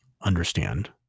understand